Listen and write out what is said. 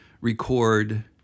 record